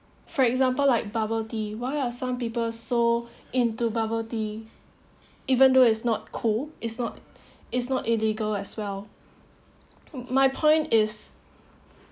for example like bubble tea why are some people so into bubble tea even though is not cool is not is not illegal as well my point is